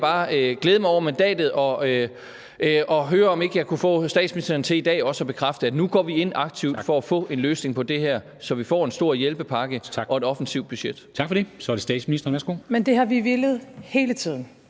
jeg bare glæde mig over mandatet og høre, om ikke jeg kunne få statsministeren til i dag også at bekræfte, at nu går vi ind aktivt for at få en løsning på det her, så vi får en stor hjælpepakke og et offensivt budget.